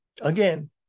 Again